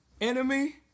Enemy